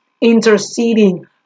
interceding